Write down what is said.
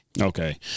okay